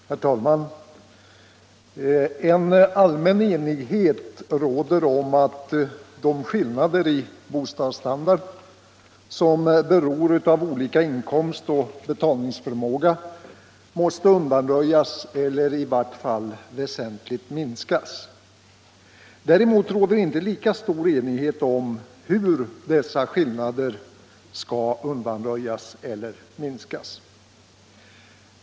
I Herr talman! En allmän enighet råder om att de skillnader i bostads standard som beror på olika inkomstoch betalningsförmåga måste undanröjas eller i varje fall väsentligt minskas. Däremot råder det inte lika stor enighet om hur detta skall ske.